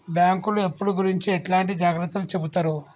బ్యాంకులు అప్పుల గురించి ఎట్లాంటి జాగ్రత్తలు చెబుతరు?